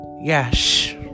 Yes